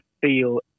feel